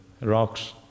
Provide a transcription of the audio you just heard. rocks